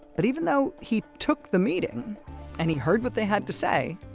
but even though he took the meeting and he heard what they had to say,